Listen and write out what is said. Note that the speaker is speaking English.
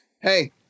hey